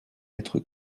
être